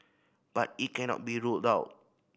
but it cannot be ruled out